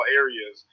areas